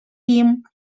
him